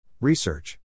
Research